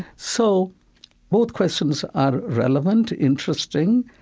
so both questions are relevant, interesting,